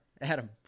Adam